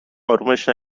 آرومش